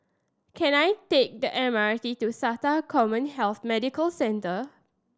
can I take the M R T to SATA CommHealth Medical Centre